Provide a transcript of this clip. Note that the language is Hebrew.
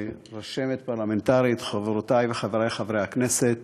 רשמת פרלמנטרית, חברותי וחברי חברי הכנסת,